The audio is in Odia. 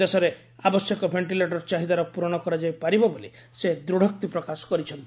ଦେଶରେ ଆବଶ୍ୟକ ଭେଷ୍ଟିଲେଟର୍ ଚାହିଦାର ପୂରଣ କରାଯାଇପାରିବ ବୋଲି ସେ ଦୂଢ଼ୋକ୍ତି ପ୍ରକାଶ କରିଛନ୍ତି